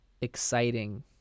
exciting